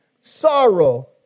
sorrow